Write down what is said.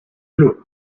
club